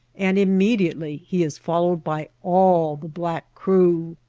and immediately he is followed by all the black crew.